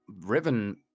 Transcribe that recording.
Riven